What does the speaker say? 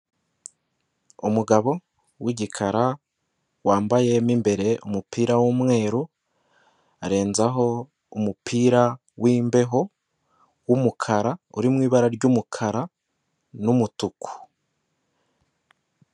Umugabo wigikara wambayemo imbere umupira w'umweru arenzaho umupira w'imbeho w'umukara uri mu ibara ry'umukara n'umutuku.